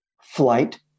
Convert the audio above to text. flight